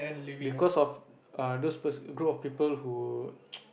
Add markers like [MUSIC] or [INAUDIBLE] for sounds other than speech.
because of err those per~ group of people who [NOISE]